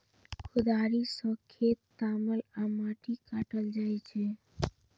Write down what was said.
कोदाड़ि सं खेत तामल आ माटि काटल जाइ छै